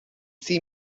see